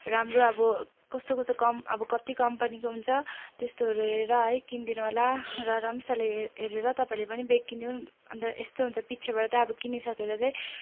राम्रो अब कस्तो कस्तो कम अब कति कम्पनीको हुन्छ त्यस्तोहरू हेरेर है किनिदिनु होला र राम्रो चालले हेरेर तपाईँले पनि ब्याग किन्नु अन्त यस्तो हुन्छ पछिबाट तै अब किनिसकेर तै